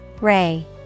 Ray